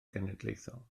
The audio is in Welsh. genedlaethol